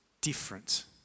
different